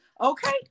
Okay